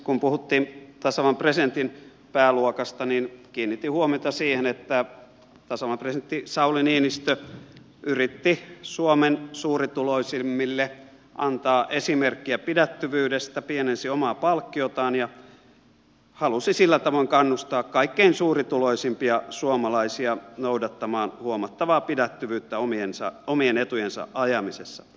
kun puhuttiin tasavallan presidentin pääluokasta niin kiinnitin huomiota siihen että tasavallan presidentti sauli niinistö yritti suomen suurituloisimmille antaa esimerkkiä pidättyvyydestä pienensi omaa palkkiotaan ja halusi sillä tavoin kannustaa kaikkein suurituloisimpia suomalaisia noudattamaan huomattavaa pidättyvyyttä omien etujensa ajamisessa